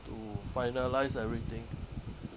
to finalise everything